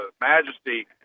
Majesty